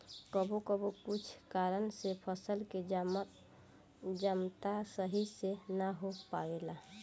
कबो कबो कुछ कारन से फसल के जमता सही से ना हो पावेला